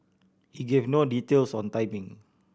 he gave no details on timing